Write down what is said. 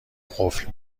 قفل